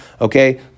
Okay